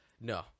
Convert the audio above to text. no